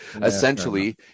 Essentially